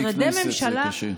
משרדי ממשלה, בלי כנסת זה קשה.